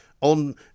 on